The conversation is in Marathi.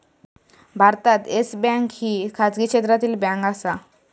भारतात येस बँक ही खाजगी क्षेत्रातली बँक आसा